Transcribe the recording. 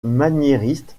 maniériste